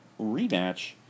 rematch